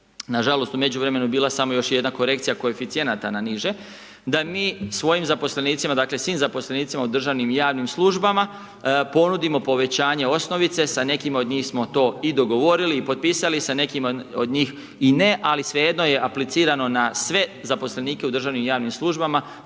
na žalost u međuvremenu je bila samo još jedna korekcija koeficijenata na niže, da mi svojim zaposlenicima dakle svim zaposlenicima u državnim i javnim službama ponudimo povećanje osnovice sa nekima od njih smo to i dogovorili i potpisali, sa nekima od njih i ne, ali sve jedno je aplicirano na sve zaposlenike u državnim i javnim službama,